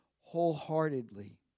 wholeheartedly